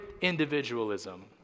individualism